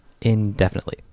Indefinitely